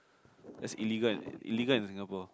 it's illegal illegal in Singapore